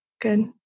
Good